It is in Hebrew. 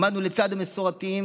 עמדנו לצד המסורתיים,